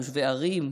תושבי ערים,